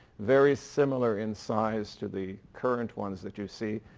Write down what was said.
very similar in size to the current ones that you see,